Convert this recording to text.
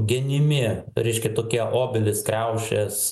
genimi ryškia tokie obelys kriaušės